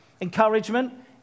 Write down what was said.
Encouragement